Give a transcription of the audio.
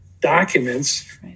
documents